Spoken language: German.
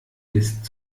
lässt